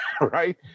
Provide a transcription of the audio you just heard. right